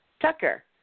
Tucker